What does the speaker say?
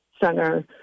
center